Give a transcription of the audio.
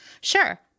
Sure